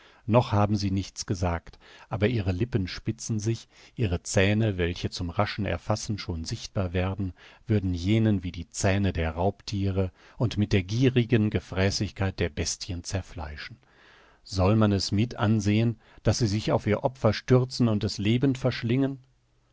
noch haben sie nichts gesagt aber ihre lippen spitzen sich ihre zähne welche zum raschen erfassen schon sichtbar werden würden jenen wie die zähne der raubthiere und mit der gierigen gefräßigkeit der bestien zerfleischen soll man es mit ansehen daß sie sich auf ihr opfer stürzen und es lebend verschlingen